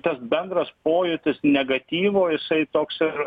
tas bendras pojūtis negatyvo jisai toks ir